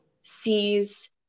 sees